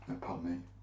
pardon